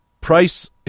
price